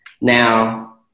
Now